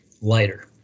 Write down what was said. lighter